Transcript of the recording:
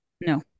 No